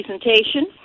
presentation